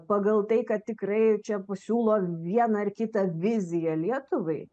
pagal tai kad tikrai čia pasiūlo vieną ar kitą viziją lietuvai